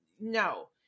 No